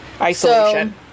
Isolation